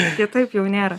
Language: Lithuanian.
kitaip jau nėra